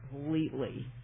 completely